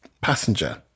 passenger